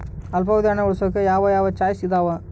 ಅಲ್ಪಾವಧಿ ಹಣ ಉಳಿಸೋಕೆ ಯಾವ ಯಾವ ಚಾಯ್ಸ್ ಇದಾವ?